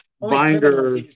binder